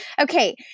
Okay